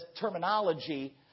terminology